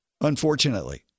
Unfortunately